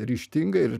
ryžtinga ir